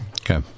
Okay